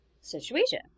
situation